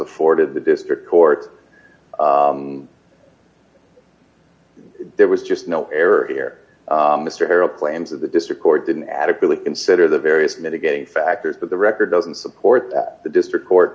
afforded the district court there was just no error here mr harrell claims of the district court didn't adequately consider the various mitigating factors that the record doesn't support that the district court